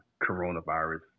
coronavirus